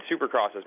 supercrosses